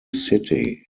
city